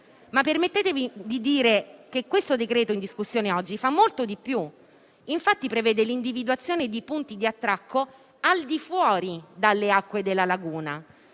Permettetemi di dire che il decreto-legge in discussione oggi fa molto di più e, infatti, prevede l'individuazione di punti di attracco al di fuori dalle acque della laguna,